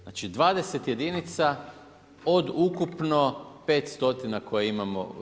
Znači 20 jedinica od ukupno 5 stotina koje imamo u RH.